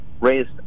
raised